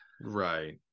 Right